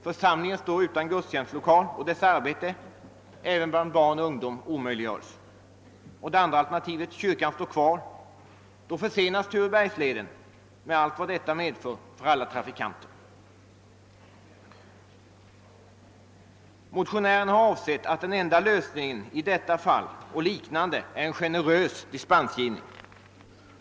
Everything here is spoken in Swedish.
Församlingen står då utan gudstjänstlokal och dess arbete, även bland barn och ungdom, omöjliggörs. Det andra alternativet är att kyrkan får stå kvar. Då försenas Turebergsleden, med allt vad detta medför för alla trafikanter. Motionärerna har ansett att den enda lösningen i detta fall och liknande är en generös dispensgivning.